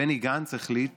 בני גנץ החליט